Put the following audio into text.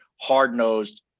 hard-nosed